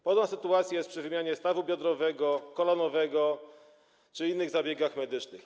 Podobna sytuacja jest przy wymianie stawu biodrowego, kolanowego czy innych zabiegach medycznych.